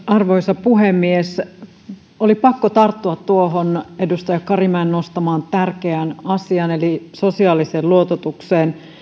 arvoisa puhemies oli pakko tarttua tuohon edustaja karimäen nostamaan tärkeään asiaan eli sosiaaliseen luototukseen